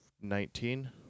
Nineteen